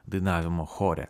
dainavimo chore